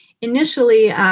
initially